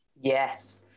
Yes